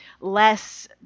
less